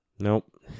Nope